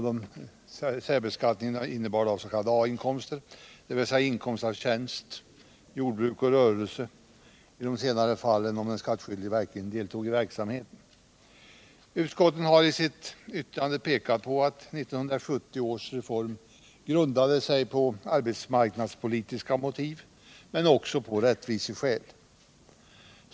Denna gällde s.k. A-inkomster, dvs. inkomst av tjänst, jordbruk och rörelse, i de senare fallen om den skattskyldige verkligen deltog i verksamheten. Utskottet har i sitt yttrande pekat på att 1970 års reform grundade sig på arbetsmarknadspolitiska motiv men också på rättviseskäl.